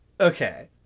okay